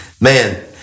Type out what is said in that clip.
man